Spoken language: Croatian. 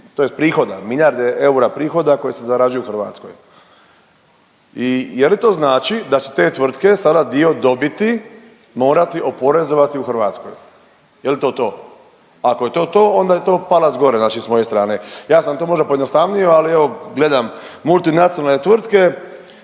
tj. prihoda, milijarde eura prihoda koje se zarađuju u Hrvatskoj. I je li to znači da će te tvrtke sada dio dobiti morati oporezovati u Hrvatskoj, je li to to? Ako je to to onda je to palac gore znači s moje strane. Ja sam to možda pojednostavio, ali evo gledam multinacionalne tvrtke,